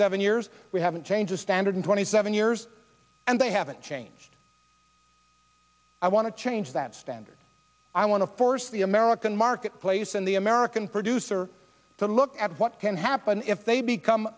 seven years we haven't changed a standard twenty seven years and they haven't changed i want to change that standard i want to force the american marketplace in the american producer to look at what can happen if they become